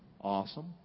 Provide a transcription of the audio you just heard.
Awesome